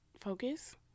focus